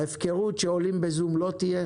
ההפקרות שעולים בזום לא תהיה,